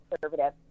conservative